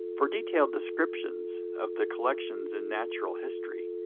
for detailed descriptions of the collections in natural history,